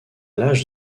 l’âge